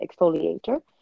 exfoliator